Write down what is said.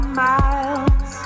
miles